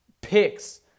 picks